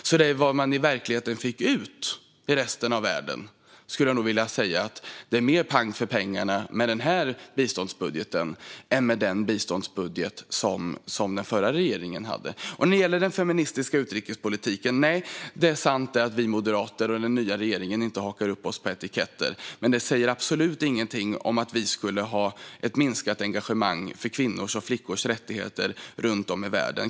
Så när det gäller vad resten av världen får ut är det nog mer pang för pengarna med vår biståndsbudget än med den förra regeringens. Vad gäller den feministiska utrikespolitiken är det sant att Moderaterna och regeringen inte hakar upp sig på etiketter. Det säger dock inget om ett minskat engagemang för kvinnors och flickors rättigheter runt om i världen.